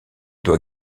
doit